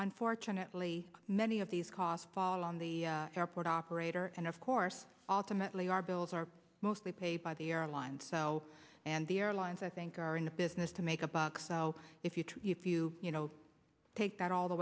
unfortunately many of these costs fall on the airport operator and of course automatically our bills are mostly paid by the airlines so and the airlines i think are in the business to make a buck so if you if you take that all the